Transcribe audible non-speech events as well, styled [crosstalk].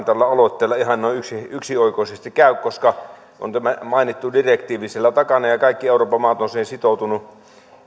[unintelligible] tällä aloitteella ihan noin yksioikoisesti käy koska on tämä mainittu direktiivi siellä takana ja ja kaikki euroopan maat ovat siihen sitoutuneet